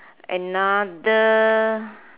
another